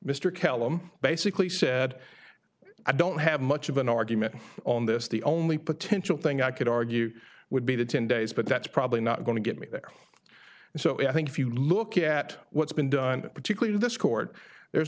kalam basically said i don't have much of an argument on this the only potential thing i could argue would be the ten days but that's probably not going to get me there and so i think if you look at what's been done particularly to this court there's